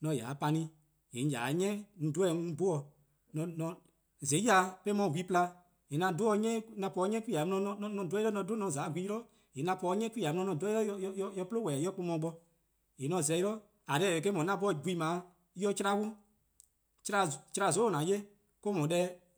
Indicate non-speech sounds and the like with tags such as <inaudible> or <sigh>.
:mor 'on :ya 'de 'pani, :yee' 'on :ya 'de 'ni 'on dhe-eh 'o 'on 'bhun 'dih, <hesitation> :zai' :mor 'on 'ye gwehn pla, <hesitation> :yee' 'an po 'de 'ni 'de 'plea' 'di 'an dhe 'o 'yli dih :mor eh 'dhu 'on :za 'o gwehn 'yli :mor eh 'dhu 'on :za 'de gwehn 'yli :yee' 'an po 'de 'ni 'plea 'di 'an dhe 'o 'yli-dih <hesitation> 'ye 'plun :wehbeh: :eh 'ye gbor tebe:, :yee' 'an 'bhorn 'gwehn :dao' eh 'ye 'chlan 'wluh, <hesitation> 'chlan 'zoo :an 'ye or-: no deh